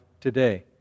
today